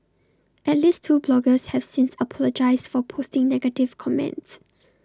at least two bloggers have since apologised for posting negative comments